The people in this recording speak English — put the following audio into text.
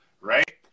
right